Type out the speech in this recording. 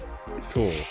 Cool